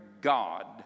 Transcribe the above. God